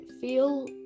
feel